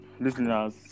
listeners